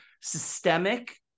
systemic